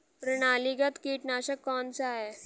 प्रणालीगत कीटनाशक कौन सा है?